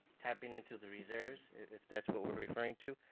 tapping into the reserves, if that's what we're referring to.